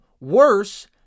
worse